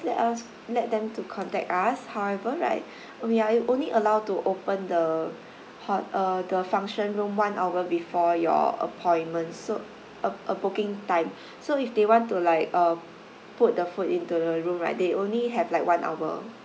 let us let them to contact us however right we are ab~ only allowed to open the hall uh the function room one hour before your appointment so uh uh booking time so if they want to like uh put the food into the room right they only have like one hour